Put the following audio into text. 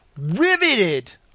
Riveted